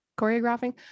choreographing